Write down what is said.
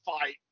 fight